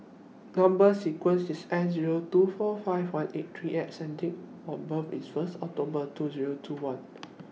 Number sequence IS S Zero two four five one eight three X and Date of birth IS First October two Zero two one